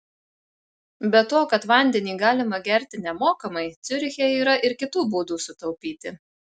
be to kad vandenį galima gerti nemokamai ciuriche yra ir kitų būtų sutaupyti